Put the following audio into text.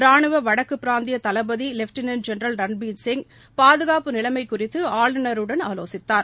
ராணுவ வடக்கு பிராந்திய தளபதி லெப்டனன் ஜென்ரல் ரன்பீர் சிங் பாதுகாப்பு நிலைமை குறித்து ஆளுநருடன் ஆலோசித்தார்